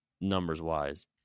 numbers-wise